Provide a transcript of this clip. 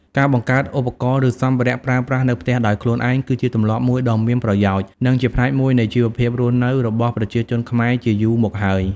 ការបង្កើតឧបករណ៍ ឬសម្ភារៈប្រើប្រាស់នៅផ្ទះដោយខ្លួនឯង គឺជាទម្លាប់មួយដ៏មានប្រយោជន៍ និងជាផ្នែកមួយនៃជីវភាពរស់នៅរបស់ប្រជាជនខ្មែរជាយូរមកហើយ។